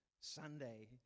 sunday